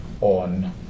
on